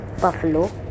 buffalo